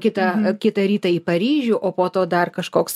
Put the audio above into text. kitą kitą rytą į paryžių o po to dar kažkoks